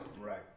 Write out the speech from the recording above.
Right